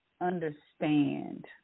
understand